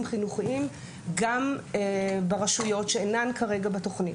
חינוכיים גם ברשויות שאינן כרגע בתוכנית.